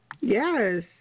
Yes